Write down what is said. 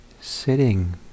sitting